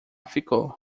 ficou